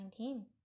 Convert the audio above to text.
2019